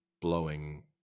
blowing